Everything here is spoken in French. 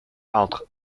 entre